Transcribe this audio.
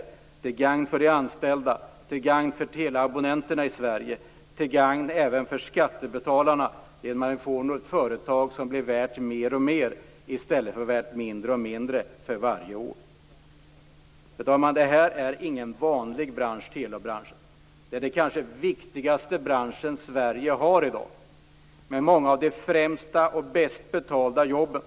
Det vore till gagn för de anställda, för teleabonnenterna i Sverige och även för skattebetalarna genom att de får ett företag som blir värt mer och mer i stället för mindre och mindre för varje år. Fru talman! Telebranschen är ingen vanlig bransch. Det är den kanske viktigaste branschen Sverige har i dag med många av de främsta och bäst betalda jobben.